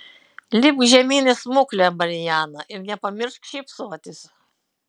lipk žemyn į smuklę mariana ir nepamiršk šypsotis